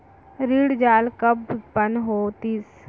ऋण जाल कब उत्पन्न होतिस?